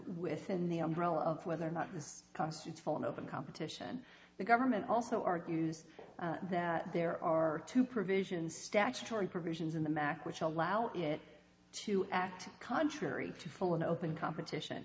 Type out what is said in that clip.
within the umbrella of whether or not congress is full and open competition the government also argues that there are two provisions statutory provisions in the mac which allow it to act contrary to full and open competition